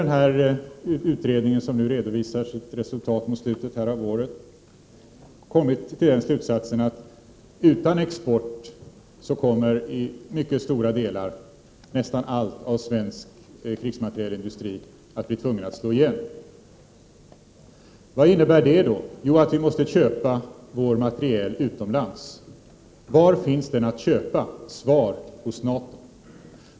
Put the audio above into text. Vi i utredningen, vilken kommer att redovisa resultatet av sitt arbete i slutet av detta år, har kommit till slutsatsen att nästan hela den svenska krigsmaterielindustrin kommer att bli tvungen att slå igen om vi slutar exportera. Vad innebär det då? Jo, att vi måste köpa vår materiel utomlands. Var finns den då att köpa? Svar: Hos NATO.